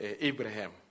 Abraham